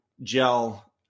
gel